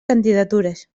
candidatures